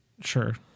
Sure